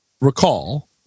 recall